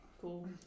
Cool